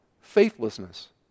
Faithlessness